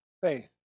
faith